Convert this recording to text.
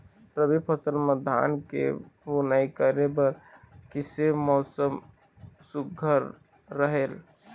रबी फसल म धान के बुनई करे बर किसे मौसम सुघ्घर रहेल?